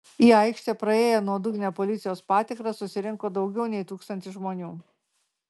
į aikštę praėję nuodugnią policijos patikrą susirinko daugiau nei tūkstantis žmonių